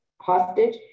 hostage